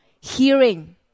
hearing